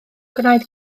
gwnaed